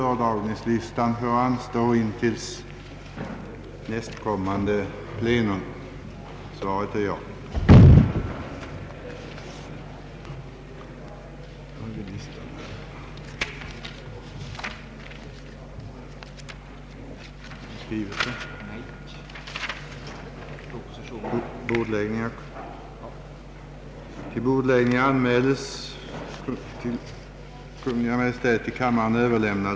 I en tidningsnotis kunde man för kort tid sedan läsa att en kyrkoherde, vilken anordnat nattvardsgång och därvid assisterats av frikyrkopastorer, för detta anmälts för JO, enär åtgärden skulle stå i strid med en trehundra år gammal lag.